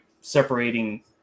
separating